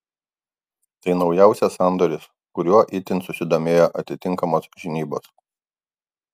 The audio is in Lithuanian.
tai naujausias sandoris kuriuo itin susidomėjo atitinkamos žinybos